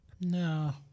No